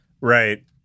Right